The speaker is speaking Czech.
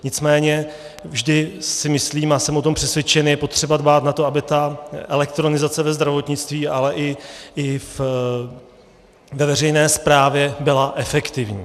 Nicméně vždy si myslím a jsem o tom přesvědčen, že je potřeba dbát na to, aby ta elektronizace ve zdravotnictví, ale i ve veřejné správě byla efektivní.